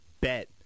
bet